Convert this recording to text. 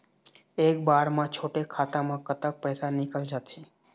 एक बार म छोटे खाता म कतक पैसा निकल जाथे?